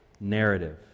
narrative